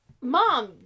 Mom